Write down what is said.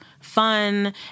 fun